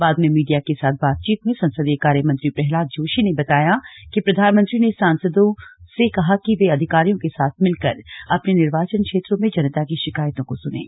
बाद में मीडिया के साथ बातचीत में संसदीय कार्य मंत्री प्रहलाद जोशी ने बताया कि प्रधानमंत्री ने सांसदों से कहा कि वे अधिकारियों के साथ मिलकर अपने निर्वाचन क्षेत्रों में जनता की शिकायतों को सुनें